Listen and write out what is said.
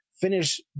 finish